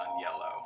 yellow